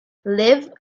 live